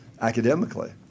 academically